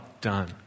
done